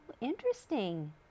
interesting